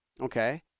okay